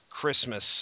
Christmas